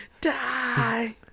die